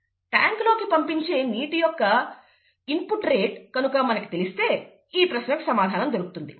tank లోకి పంపించే నీటి యొక్క ఇన్పుట్ రేట్ కనుక మనకి తెలిస్తే ఈ ప్రశ్నకు సమాధానం దొరుకుతుంది